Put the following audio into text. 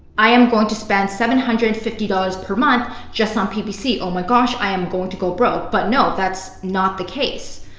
i am going to spend seven hundred and fifty dollars per month just on ppc. oh my gosh, i am going to go broke. but no, that's not the case.